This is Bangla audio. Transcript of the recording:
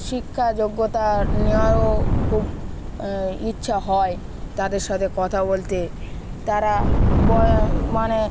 শিক্ষা যোগ্যতা নেওয়ারও খুব ইচ্ছা হয় তাদের সাথে কথা বলতে তারা ব মানে